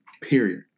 period